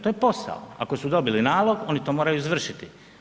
To je posao, ako su dobili nalog, oni to moraju izvršiti.